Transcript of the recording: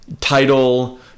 Title